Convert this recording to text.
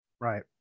Right